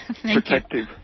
protective